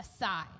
aside